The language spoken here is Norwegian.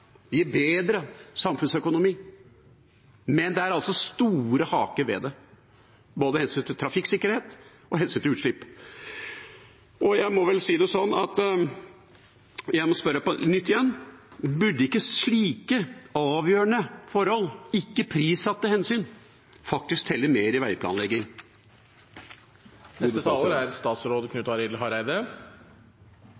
Det gir bedre samfunnsøkonomi. Men det er altså store haker ved det, både hensynet til trafikksikkerhet og hensynet til utslipp. Og jeg må vel spørre på nytt: Burde ikke slike avgjørende forhold, ikke-prissatte hensyn, faktisk telle mer i veiplanleggingen? Eg er